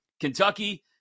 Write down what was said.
Kentucky